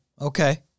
Okay